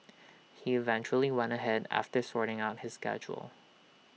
he eventually went ahead after sorting out his schedule